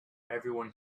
everyone